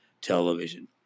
television